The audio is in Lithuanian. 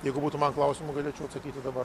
jeigu būtų man klausimų galėčiau atsakyti dabar